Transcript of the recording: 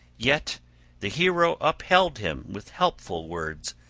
yet the hero upheld him with helpful words,